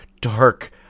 dark